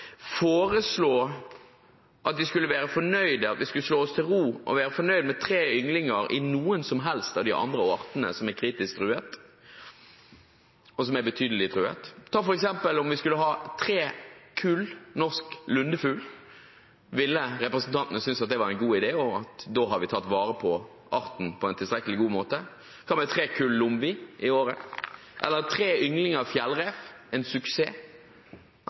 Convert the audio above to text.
at vi skulle slå oss til ro og være fornøyd med tre ynglinger i noen som helst av de andre artene som er kritisk truet – som er betydelig truet. Om vi f.eks. skulle hatt tre kull norsk lundefugl, ville representantene synes at det var en god idé, og at vi da hadde tatt vare på arten på en tilstrekkelig god måte? Hva med tre kull lomvi i året, eller tre ynglinger fjellrev – en suksess?